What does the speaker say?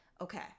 okay